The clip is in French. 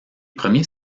premiers